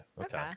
Okay